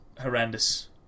horrendous